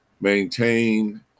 maintain